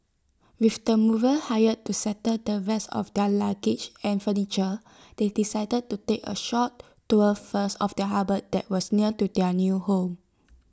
with the movers hired to settle the rest of their luggage and furniture they decided to take A short tour first of the harbour that was near to their new home